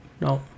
No